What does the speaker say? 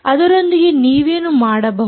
ಅದರೊಂದಿಗೆ ನೀವೇನು ಮಾಡಬಹುದು